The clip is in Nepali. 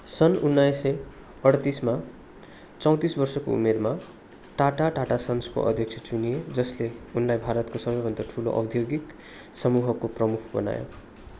सन् उन्नाइस सय अड्तिसमा चौँतिस वर्षको उमेरमा टाटा टाटा सन्सको अध्यक्ष चुनिए जसले उनलाई भारतको सबैभन्दा ठुलो औद्योगिक समूहको प्रमुख बनायो